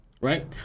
right